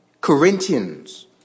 Corinthians